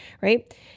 right